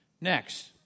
Next